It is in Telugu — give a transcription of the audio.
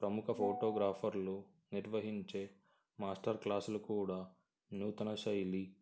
ప్రముఖ ఫోటోగ్రాఫర్లు నిర్వహించే మాస్టర్ క్లాసులు కూడా నూతన శైలి